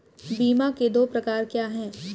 बीमा के दो प्रकार क्या हैं?